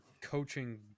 coaching